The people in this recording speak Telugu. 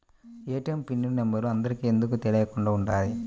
ఏ.టీ.ఎం పిన్ నెంబర్ అందరికి ఎందుకు తెలియకుండా ఉండాలి?